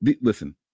listen